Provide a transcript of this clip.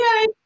yay